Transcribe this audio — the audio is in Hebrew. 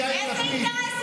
בלי לפזר רעל.